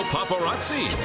Paparazzi